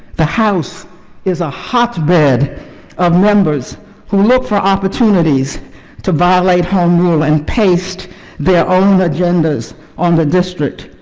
the house is a hot bed of members who look for opportunities to violate home rule and paste their own agendas on the district,